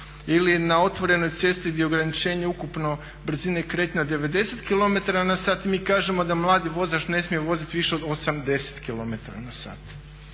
Ili na otvorenoj cesti gdje je ograničenje ukupno brizne kretanja 90 kilometara na sat mi kažemo da mladi vozač ne smije voziti više od 80 km na sat.